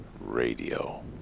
Radio